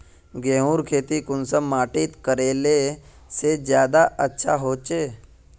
गेहूँर खेती कुंसम माटित करले से ज्यादा अच्छा हाचे?